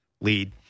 lead